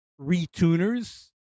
retuners